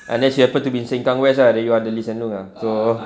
unless you happen to be in sengkang west ah then you under lee hsieng loong ah so